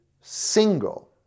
single